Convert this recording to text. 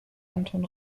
anton